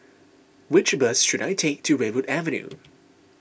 which bus should I take to Redwood Avenue